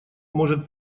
может